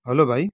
hello भाइ